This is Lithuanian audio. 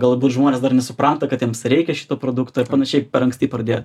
galbūt žmonės dar nesupranta kad jiems reikia šito produkto ir panašiai per anksti pradėjot